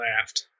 laughed